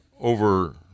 over